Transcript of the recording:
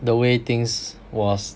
the way things was